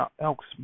Elks